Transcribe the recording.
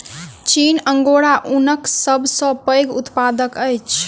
चीन अंगोरा ऊनक सब सॅ पैघ उत्पादक अछि